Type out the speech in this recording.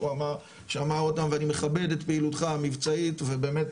אמר אותם ואני מכבד את פעילותך המבצעית ובאמת,